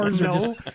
No